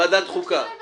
זו תלונה לוועדת חוקה.